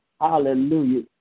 Hallelujah